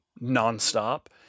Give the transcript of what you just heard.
non-stop